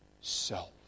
self